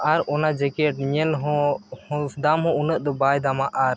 ᱟᱨ ᱚᱱᱟ ᱧᱮᱞᱦᱚᱸ ᱫᱟᱢ ᱦᱚᱸ ᱩᱱᱟᱹᱜ ᱫᱚ ᱵᱟᱭ ᱫᱟᱢᱟ ᱟᱨ